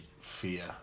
Fear